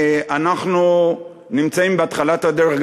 אנחנו נמצאים בתחילת הדרך.